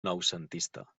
noucentista